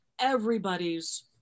everybody's